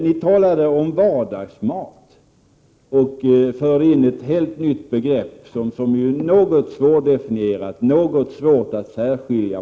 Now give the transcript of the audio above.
Ni talade om vardagsmat och förde in ett helt nytt begrepp, som är något svårt att definiera och något svårt att särskilja.